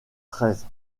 treize